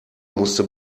musste